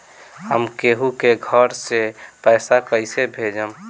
हम केहु के घर से पैसा कैइसे भेजम?